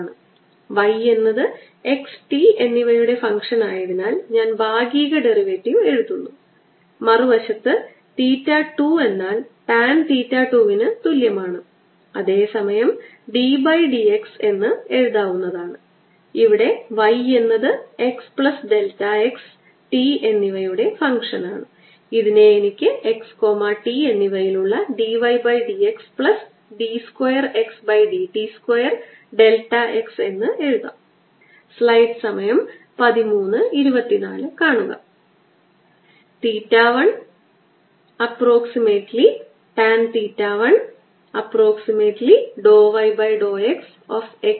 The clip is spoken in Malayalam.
C e raise to lambda r ഹരിക്കുന്നു r ക്യൂബ് r വെക്റ്റർ അതിനർത്ഥം r ന്റെ ആശ്രിതത്വം ഞാൻ കണക്കാക്കിയാൽ ആശ്രിതത്വം r ന്റെ അടിസ്ഥാനത്തിൽ ഇത് C e raise to minus lambda r over r square മാത്രമല്ല ഇത് r ചതുരശ്ര റേഡിയൽ ദിശയിലായിരിക്കും കാരണം ഈ r വെക്റ്ററിന് r മാഗ്നിറ്റ്യൂഡ് ഉണ്ട്